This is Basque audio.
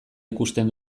ikusten